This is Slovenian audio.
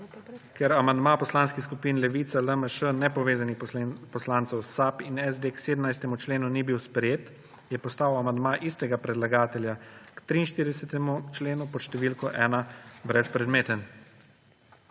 Ker amandma poslanskih skupin Levica, LMŠ, nepovezanih poslancev, SAB in SD k 17. členu ni bil sprejet, je postal amandma istega predlagatelja k 43. členu pod številko ena brezpredmeten.